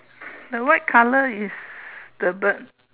the white color is the bird